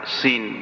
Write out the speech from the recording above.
seen